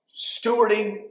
stewarding